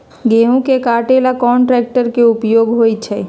गेंहू के कटे ला कोंन ट्रेक्टर के उपयोग होइ छई?